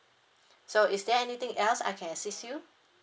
so is there anything else I can assist you